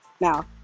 Now